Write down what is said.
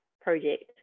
project